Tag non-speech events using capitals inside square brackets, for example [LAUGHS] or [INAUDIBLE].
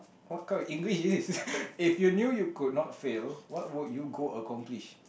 what kind of English is this [LAUGHS] if you knew you could not fail what would you go accomplish